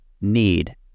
need